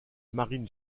marine